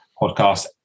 podcast